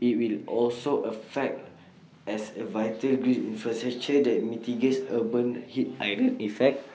IT will also act as A vital green infrastructure that mitigates urban heat island effect